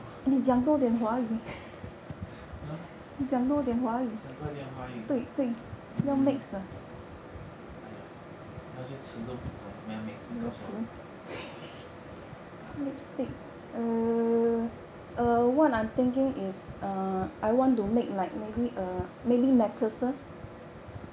err 讲多点华语 hmm !aiya! 那些词我都不懂这么样 mix 你告诉我